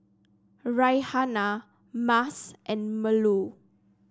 Raihana Mas and Melur